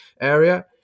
area